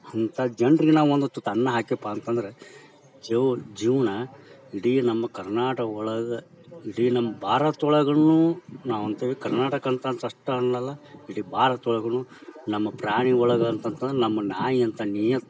ಅಂಥ ಜನರಿಗೆ ನಾವು ಒಂದು ತುತ್ತು ಅನ್ನ ಹಾಕೀವ್ಯಪ್ಪಾ ಅಂತಂದ್ರೆ ಜೀವ ಜೀವನ ಇಡೀ ನಮ್ಮ ಕರ್ನಾಟಕ ಒಳಗೆ ಇಡೀ ನಮ್ಮ ಭಾರತದೊಳಗನೂ ನಾವು ಅಂತೀವಿ ಕರ್ನಾಟಕ ಅಂತಂತ ಅಷ್ಟೇ ಅನ್ನೋಲ್ಲ ಇಡೀ ಭಾರತದೊಳಗೂ ನಮ್ಮ ಪ್ರಾಣಿ ಒಳಗೆ ಅಂತಂದ್ರೆ ನಮ್ಮ ನಾಯಿಯಂಥ ನೀಯತ್ತು